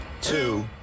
two